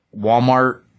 Walmart